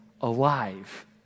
alive